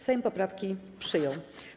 Sejm poprawki przyjął.